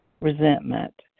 resentment